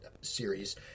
series